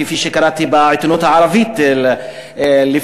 כפי שקראתי בעיתונות הערבית לפחות,